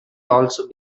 also